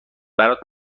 برات